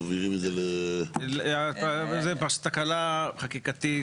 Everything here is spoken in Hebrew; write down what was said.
זו תקלה חקיקתית.